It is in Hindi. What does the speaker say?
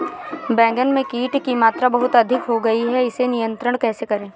बैगन में कीट की मात्रा बहुत अधिक हो गई है इसे नियंत्रण कैसे करें?